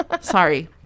Sorry